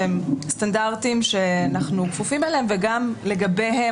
שהם סטנדרטיים שאנחנו כפופים אליהם וגם לגביהם